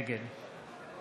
נגד